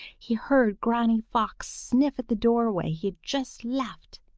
he heard granny fox sniff at the doorway he had just left.